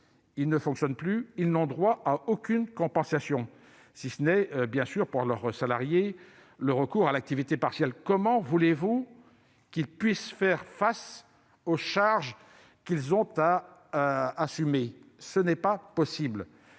ils ne fonctionnent plus. Mais ils n'ont droit à aucune compensation, si ce n'est, bien sûr, pour leurs salariés, le recours à l'activité partielle. Comment voulez-vous qu'ils fassent face aux charges qu'ils ont à assumer ? C'est tout